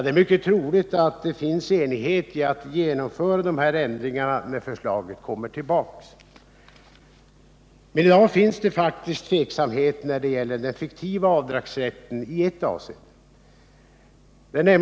Det är mycket troligt att det finns enighet när det gäller att genomföra de här ändringarna när förslaget kommer tillbaka. Men i dag föreligger faktiskt tveksamhet i fråga om den fiktiva avdragsrätten i ett avseende.